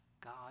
God